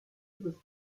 was